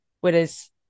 whereas